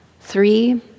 Three